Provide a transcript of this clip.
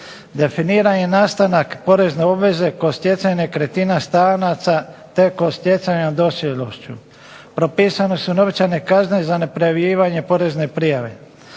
definiran je nastanak porezne obveze kod stjecanja nekretnina stranaca te kod stjecanja dospjelošću. Propisane su novčane kazne za neprijavljivanje porezne prijave,